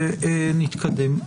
ונתקדם.